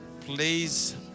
please